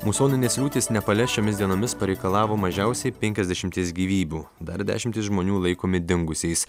musoninės liūtys nepale šiomis dienomis pareikalavo mažiausiai penkiasdešimties gyvybių dar dešimtys žmonių laikomi dingusiais